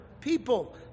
people